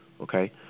okay